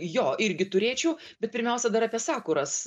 jo irgi turėčiau bet pirmiausia dar apie sakuras